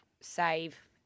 save –